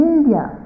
India